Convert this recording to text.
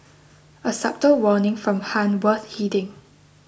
a subtle warning from Han worth heeding